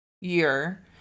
year